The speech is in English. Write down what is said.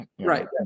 Right